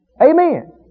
Amen